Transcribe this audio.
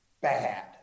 bad